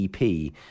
ep